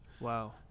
Wow